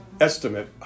estimate